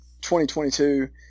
2022